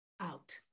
out